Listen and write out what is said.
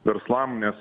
verslam nes